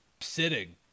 sitting